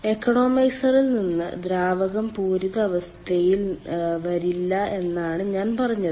എക്കണോമൈസറിൽ നിന്ന് ദ്രാവകം പൂരിത അവസ്ഥയിൽ വരില്ല എന്നാണ് ഞാൻ പറഞ്ഞത്